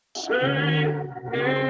say